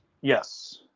Yes